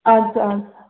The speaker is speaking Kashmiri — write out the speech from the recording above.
اَدٕ سہ اَدٕ سہ